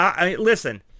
listen